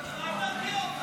אני לא, רק תרגיע אותנו.